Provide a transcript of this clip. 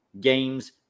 games